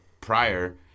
prior